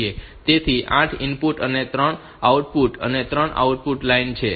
તેથી 8 input 3 output અને આ 3 આઉટપુટ લાઇન છે